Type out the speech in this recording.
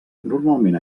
normalment